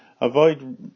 avoid